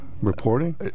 reporting